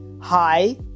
Hi